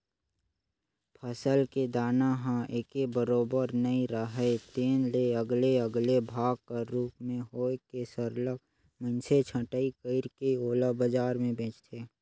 फसल के दाना ह एके बरोबर नइ राहय तेन ले अलगे अलगे भाग कर रूप में होए के सरलग मइनसे छंटई कइर के ओला बजार में बेंचथें